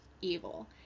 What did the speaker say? evil